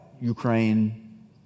Ukraine